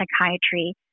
psychiatry